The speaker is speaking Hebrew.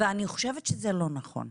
אני חושבת שזה לא נכון.